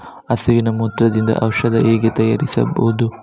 ಹಸುವಿನ ಮೂತ್ರದಿಂದ ಔಷಧ ಹೇಗೆ ತಯಾರಿಸುವುದು?